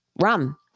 rum